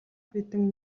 хүйтэн